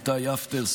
איתי אפטר,